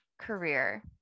career